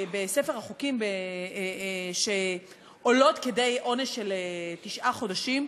בספר החוקים שעולות כדי עונש של תשעה חודשים.